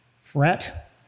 fret